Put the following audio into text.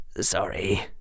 Sorry